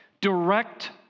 direct